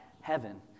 heaven